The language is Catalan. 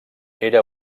era